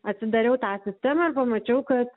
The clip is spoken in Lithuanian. atsidariau tą sistemą ir pamačiau kad